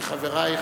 כי חברייך,